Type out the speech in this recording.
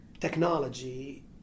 technology